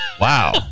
Wow